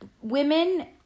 women